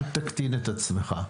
אל תקטין את עצמך.